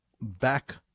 back